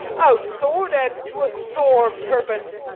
out, sword, and to a sore purpose!